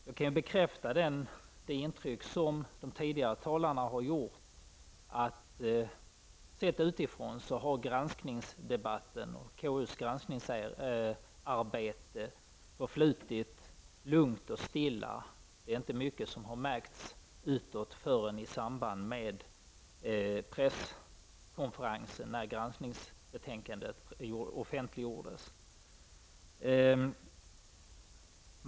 Jag kan bekräfta det intryck som de tidigare talarna har förmedlat. Sett utifrån har granskningsdebatten och konstitutionsutskottets granskningsarbete förflutit lungt och stilla. Det är inte mycket som har märkts utåt, annat än presskonferensen när granskningsbetänkandet offentliggjordes.